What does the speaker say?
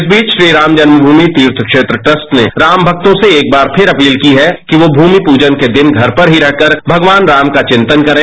इस बीच श्री राम जन्मयूमि तीर्थ क्षेत्र ट्रस्ट ने राम भक्तों से एक बार फिर अपील की है कि वह भूमि पूजन के दिन घर पर रहकर ही भगवान राम का चिंतन करें